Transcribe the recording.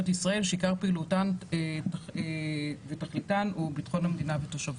ישראל שעיקר פעילותן ותכליתן הוא ביטחון המדינה ותושביה.